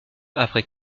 après